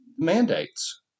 Mandates